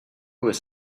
was